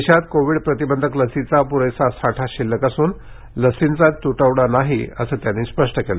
देशात कोविड प्रतिबंधक लसीचा पुरेसा साठा शिल्लक असून लसींचा तुटवडा नाही असं त्यांनी स्पष्ट केलं